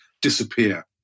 disappear